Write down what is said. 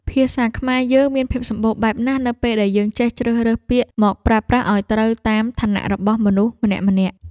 ភាសាខ្មែរយើងមានភាពសម្បូរបែបណាស់នៅពេលដែលយើងចេះជ្រើសរើសពាក្យមកប្រើប្រាស់ឱ្យត្រូវតាមឋានៈរបស់មនុស្សម្នាក់ៗ។